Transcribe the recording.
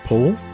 Paul